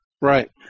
Right